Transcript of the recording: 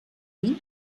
dir